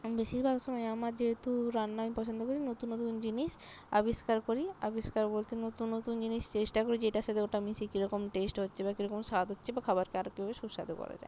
আমি বেশিরভাগ সময় আমার যেহেতু রান্না আমি পছন্দ করি নতুন নতুন জিনিস আবিষ্কার করি আবিষ্কার বলতে নতুন নতুন জিনিস চেষ্টা করি যে এটার সাথে ওটা মিশিয়ে কী রকম টেস্ট হচ্ছে বা কী রকম স্বাদ হচ্ছে বা খাবারকে আরো কীভাবে সুস্বাদু করা যায়